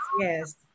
yes